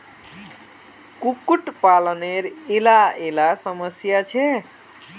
कुक्कुट पालानेर इला इला समस्या छे